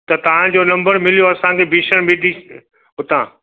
त तव्हांजो नम्बर मिलियो असांखे भीषण बी टी हुतां